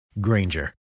Granger